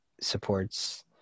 supports